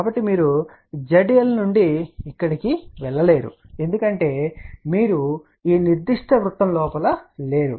కాబట్టి మీరు ZL నుండి ఇక్కడకు వెళ్లలేరు ఎందుకంటే మీరు ఈనిర్దిష్ట వృత్తం లోపల లేరు